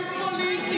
התנצלת בפני המשפחות?